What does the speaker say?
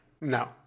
No